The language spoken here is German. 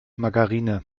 margarine